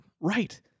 Right